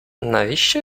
навіщо